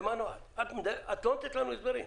את לא נותנת לנו הסברים.